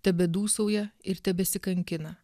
tebedūsauja ir tebesikankina